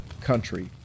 country